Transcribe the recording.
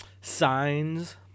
signs